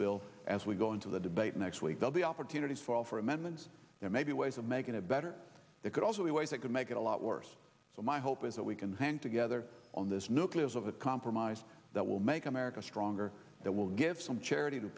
bill as we go into the debate next week that the opportunities for offer amendments there may be ways of making a better that could also be ways that could make it a lot worse so my hope is that we can hang together on this nucleus of a compromise that will make america stronger that will give some charity to